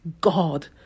God